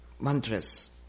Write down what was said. mantras